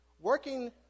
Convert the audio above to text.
Working